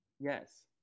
Yes